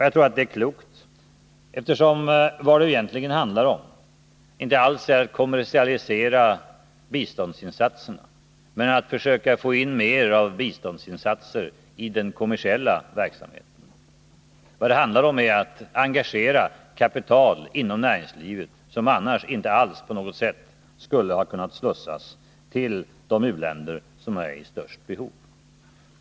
Jagtror att det är klokt, eftersom vad det egentligen handlar om inte alls är att kommersialisera biståndsinsatserna utan att försöka få in mer biståndsinsatser i den kommersiella verksamheten. Vad det handlar om är att engagera kapital inom näringslivet, kapital som annars inte alls på något sätt skulle ha kunnat slussas till de u-länder som är i störst behov av hjälp.